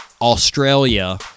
Australia